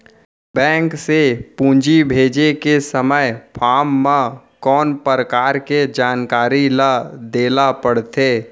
Bank से पूंजी भेजे के समय फॉर्म म कौन परकार के जानकारी ल दे ला पड़थे?